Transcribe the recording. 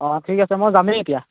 ঠিক আছে মই যামেই এতিয়া